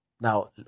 Now